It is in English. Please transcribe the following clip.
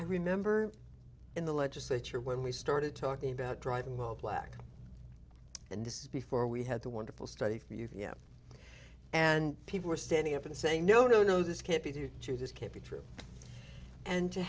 i remember in the legislature when we started talking about driving while black and this is before we had the wonderful study for you yeah and people are standing up and saying no no no this can't be here to this can't be true and to